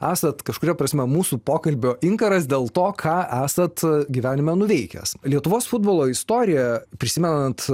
esat kažkuria prasme mūsų pokalbio inkaras dėl to ką esat gyvenime nuveikęs lietuvos futbolo istorijoje prisimenant